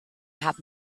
have